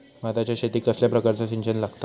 भाताच्या शेतीक कसल्या प्रकारचा सिंचन लागता?